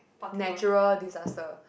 natural disaster